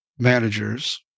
Managers